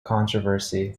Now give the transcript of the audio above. controversy